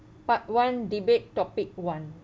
part one debate topic one